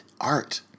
art